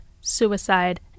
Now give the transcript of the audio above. suicide